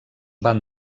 van